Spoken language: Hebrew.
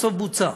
בסוף בוצע.